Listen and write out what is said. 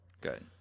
Good